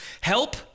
Help